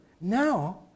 Now